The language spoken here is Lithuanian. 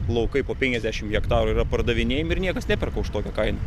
laukai po penkiasdešimt hektarų yra pardavinėjami ir niekas neperka už tokią kainą